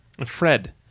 Fred